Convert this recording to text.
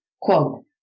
quote